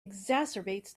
exacerbates